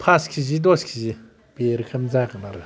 फास किजि दस किजि बे रोखोम जागोन आरो